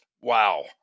wow